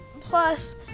Plus